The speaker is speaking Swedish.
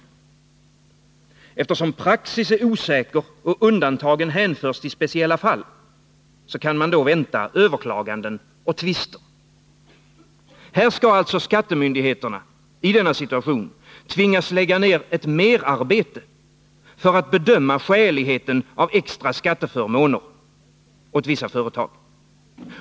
Och eftersom praxis är osäker och undantagen hänförs till speciella fall kan man vänta överklaganden och tvister. Här skall alltså skattemyndigheterna i denna situation tvingas lägga ner ett merarbete för att bedöma skäligheten av extra skatteförmåner åt vissa företag.